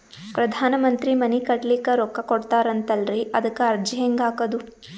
ಪ್ರಧಾನ ಮಂತ್ರಿ ಮನಿ ಕಟ್ಲಿಕ ರೊಕ್ಕ ಕೊಟತಾರಂತಲ್ರಿ, ಅದಕ ಅರ್ಜಿ ಹೆಂಗ ಹಾಕದು?